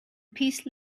peace